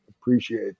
appreciate